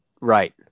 Right